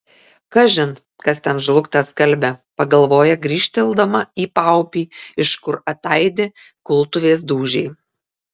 kažin kas ten žlugtą skalbia pagalvoja grįžteldama į paupį iš kur ataidi kultuvės dūžiai